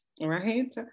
right